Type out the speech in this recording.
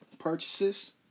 purchases